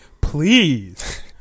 Please